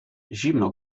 zimno